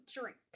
drink